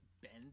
bend